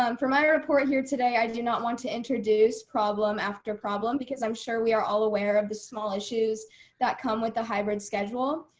um for my report here today, i do not want to introduce problem after problem, because i'm sure we are all aware of the small issues that come with the hybrid schedule.